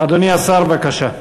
אדוני השר, בבקשה.